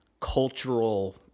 cultural